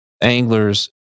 anglers